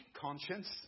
conscience